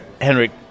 henrik